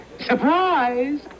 Surprise